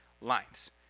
lines